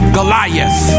Goliath